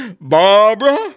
Barbara